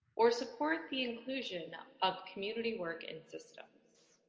or support the inclusion of community work in systems?